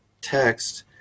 text